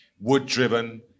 wood-driven